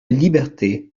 liberté